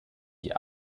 die